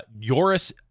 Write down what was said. Yoris